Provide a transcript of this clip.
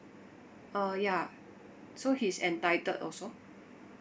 uh ya so he's entitled also